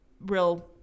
real